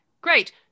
Great